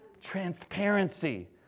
Transparency